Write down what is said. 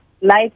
life